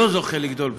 שלא זוכה לגדול כך.